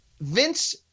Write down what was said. Vince